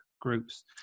groups